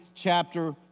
chapter